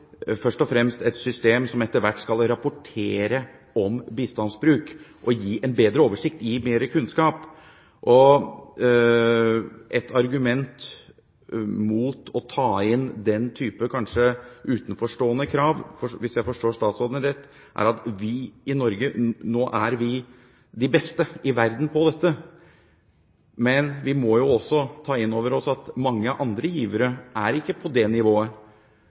først og fremst et system som etter hvert skal rapportere om bistandsbruk og gi en bedre oversikt, gi mer kunnskap. Ett argument mot å ta inn den type kanskje utenforstående krav – hvis jeg forstår statsråden rett – er at vi i Norge nå er de beste i verden på dette. Men vi må også ta inn over oss at mange andre givere er ikke på det nivået.